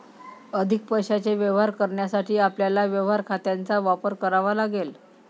अधिक पैशाचे व्यवहार करण्यासाठी आपल्याला व्यवहार खात्यांचा वापर करावा लागेल